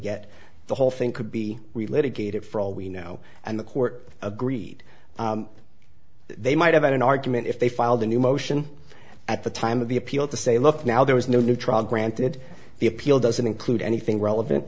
yet the whole thing could be related gaited for all we know and the court agreed they might have had an argument if they filed a new motion at the time of the appeal to say look now there was no new trial granted the appeal doesn't include anything relevant